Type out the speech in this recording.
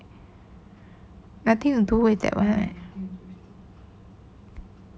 nothing to do with that one right